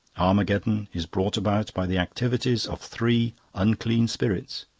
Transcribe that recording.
armageddon is brought about by the activities of three unclean spirits,